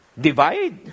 divide